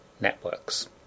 networks